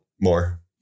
more